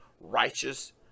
righteous